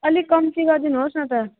अलिक कम्ती गरिदिनुहोस् न त